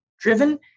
driven